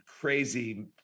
crazy